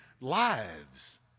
lives